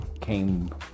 came